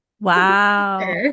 wow